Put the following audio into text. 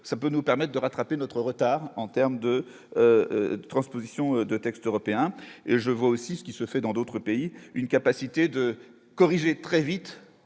ça peut nous permettent de rattraper notre retard en terme de transposition de textes européens et je vois aussi ce qui se fait dans d'autres pays, une capacité de corriger très vite